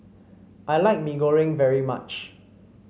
I like Mee Goreng very much